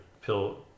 pill